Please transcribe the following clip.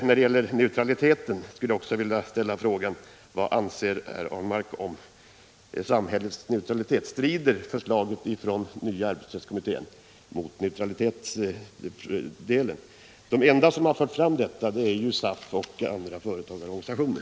När det gäller neutraliteten skulle jag också vilja ställa en fråga: Vad anser Per Ahlmark om förslaget från nya arbetsrättskommittén angående neutralitetsdelen? De enda som har fört fram den tanken är SAF och andra företagsorganisationer.